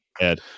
ed